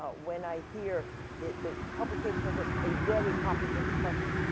ah when i hear the publication of list a very complicated question.